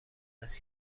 است